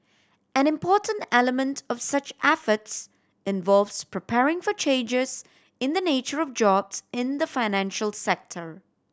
an important element of such efforts involves preparing for changes in the nature of jobs in the financial sector